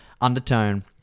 undertone